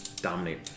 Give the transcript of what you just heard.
dominate